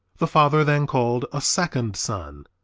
the father then called a second son.